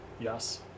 Yes